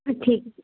ਠੀਕ